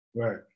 Right